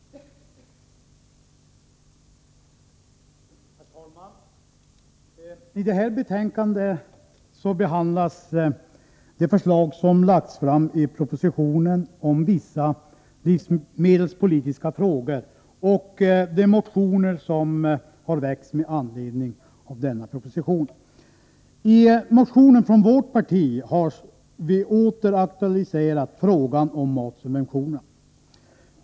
Herr talman! I det här betänkandet behandlas de förslag som lagts fram i propositionen om vissa livsmedelspolitiska frågor och de motioner som väckts med anledning av propositionen. I motionen från vårt parti har vi åter aktualiserat frågan om matsubventionerna.